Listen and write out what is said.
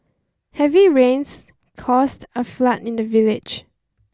heavy rains caused a flood in the village